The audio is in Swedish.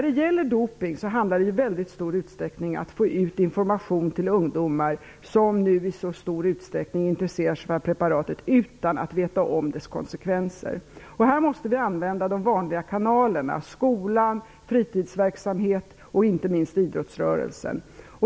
Det handlar i väldigt stor utsträckning om att få ut information till ungdomar som nu i så stor omfattning intresserar sig för dessa preparat utan att veta om deras konsekvenser. Här måste vi använda de vanliga kanalerna, skolan, fritidsverksamhet och inte minst idrottsrörelsen.